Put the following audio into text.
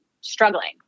struggling